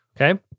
okay